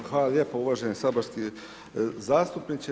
Evo, hvala lijepo uvaženi saborski zastupniče.